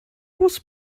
was